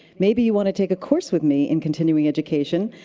maybe you want to take a course with me in continuing education.